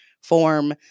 form